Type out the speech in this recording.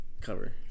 cover